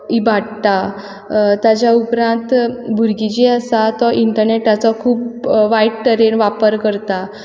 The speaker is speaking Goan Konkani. इबाडटा ताजे उपरांत भुरगीं जीं आसा तो इंटरनेटाचो खूब वायट तरेन वापर करता